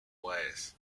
ways